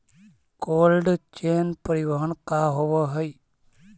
Cold chain परिवहन का होव हइ?